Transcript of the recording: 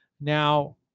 Now